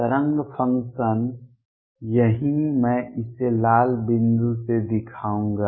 तरंग फंक्शन यहीं मैं इसे लाल बिंदु से दिखाऊंगा